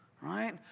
Right